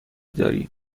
داری